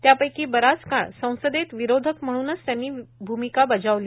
त्यापैकी बराच काळ संसदेत विरोधक म्हणूनच त्यांनी भूमिका बजावली